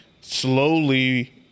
slowly